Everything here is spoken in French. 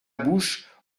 bouche